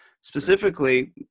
specifically